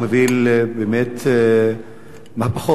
מהפכות לטובת הצרכן,